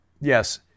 yes